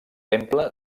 temple